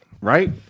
right